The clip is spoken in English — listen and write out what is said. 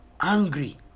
angry